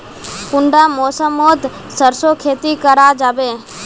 कुंडा मौसम मोत सरसों खेती करा जाबे?